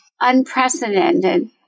unprecedented